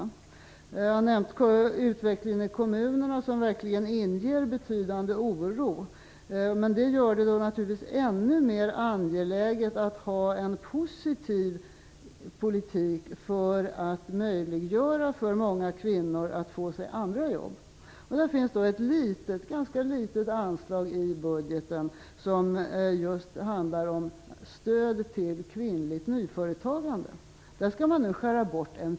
Jag har nämnt utvecklingen i kommunerna, som verkligen inger betydande oro och som gör det ännu mer angeläget att ha en positiv politik för att möjliggöra för många kvinnor att gå till andra jobb. Det finns ett ganska litet anslag i budgeten som handlar om stöd till kvinnligt nyföretagande.